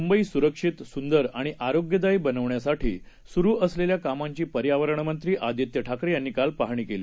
मुंबईसुरक्षित सुंदरआणिआरोग्यदायीबनवण्यासाठीसुरुअसलेल्याकामांचीपर्यावरणमंत्रीआदित्यठाकरेयांनीकालपाहणीकेली